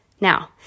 Now